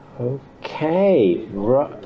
Okay